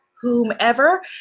whomever